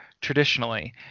traditionally